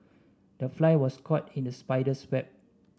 the fly was caught in the spider's web